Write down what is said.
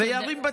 וירים בתים?